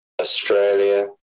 Australia